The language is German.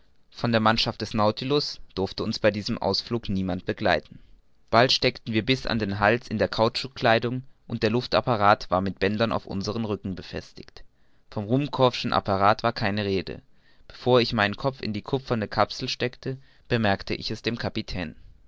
von der mannschaft des nautilus durfte uns bei diesem ausflug niemand begleiten bald steckten wir bis an den hals in der kautschukkleidung und der luftapparat war mit bändern auf unseren rücken befestigt vom ruhmkorff'schen apparat war keine rede bevor ich meinen kopf in die kupferne kapsel steckte bemerkte ich es dem kapitän